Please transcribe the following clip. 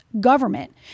government